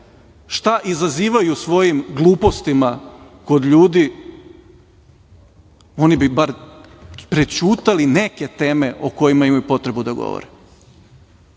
šta izazivaju svojim glupostima kod ljudi oni bi bar prećutali neke teme o kojima imaju potrebu da govore. Što